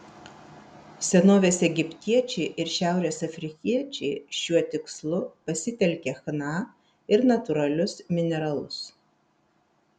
senovės egiptiečiai ir šiaurės afrikiečiai šiuo tikslu pasitelkė chna ir natūralius mineralus